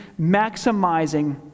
maximizing